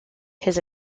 his